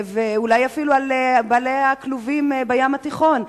ואולי אפילו על בעלי הכלובים בים התיכון.